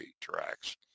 tracks